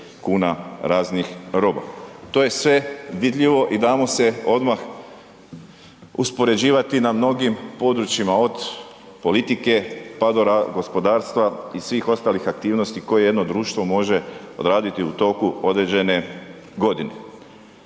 kuna raznih roba. To je sve vidljivo i damo se odmah uspoređivati na mnogim područjima od politike pa do gospodarstva i svih ostalih aktivnosti koje jedno društvo može odraditi u toku određene godine.